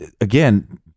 again